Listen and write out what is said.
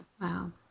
Wow